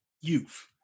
youth